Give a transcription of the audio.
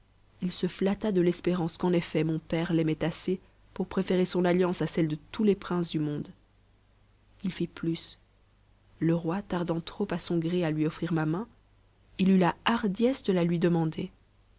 il se flatta de l'espérance qu'en effet mon père l'aimait assez pour préférer son alliance à celle de tous les princes du monde il fit plus le roi tardant trop à son gré à lui offrir ma main il eut la hardiesse de la lui demander